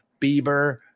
Bieber